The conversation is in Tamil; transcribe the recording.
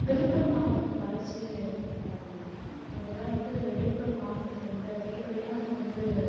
விழுப்புரம் மாவட்டம் வளர்ச்சி பார்த்தீங்கன்னாக்க முதலில் வந்து விழுப்புரம் மாவட்டத்தில் வந்து அதிகப்படியான வந்து